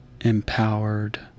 empowered